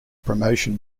promotion